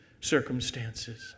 circumstances